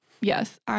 Yes